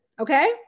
okay